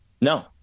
No